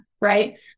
right